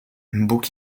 bóg